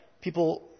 People